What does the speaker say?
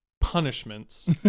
punishments